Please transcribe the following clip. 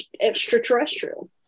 extraterrestrial